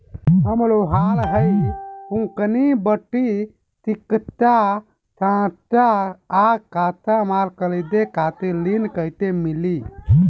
हम लोहार हईं फूंकनी भट्ठी सिंकचा सांचा आ कच्चा माल खरीदे खातिर ऋण कइसे मिली?